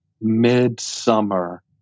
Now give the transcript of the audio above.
mid-summer